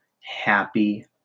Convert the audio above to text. happy